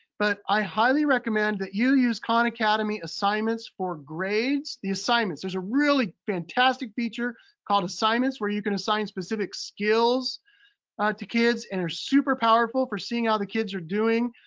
but i highly recommend that you use khan academy assignments for grades, the assignments. there's a really fantastic feature called assignments where you can assign specific skills to kids, and are super powerful for seeing how the kids are doing.